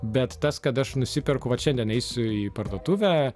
bet tas kad aš nusiperku vat šiandien eisiu į parduotuvę